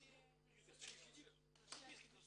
הישיבה ננעלה